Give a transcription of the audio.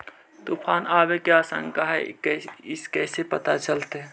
तुफान के आबे के आशंका है इस कैसे पता चलतै?